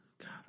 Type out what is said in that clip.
God